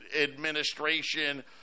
administration